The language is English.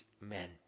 men